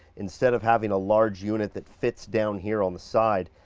instead of having a large unit that fits down here on the side,